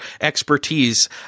expertise